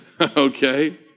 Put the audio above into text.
Okay